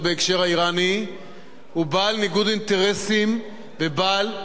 בהקשר האירני הוא בעל ניגוד אינטרסים ובעל,